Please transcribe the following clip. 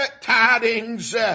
tidings